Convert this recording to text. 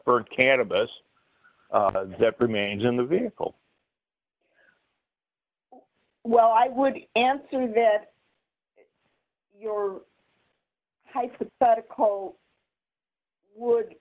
burnt cannabis that remains in the vehicle well i would answer that your hypothetical would